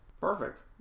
perfect